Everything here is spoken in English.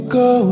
go